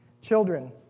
Children